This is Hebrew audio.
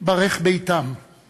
ברך ביתם/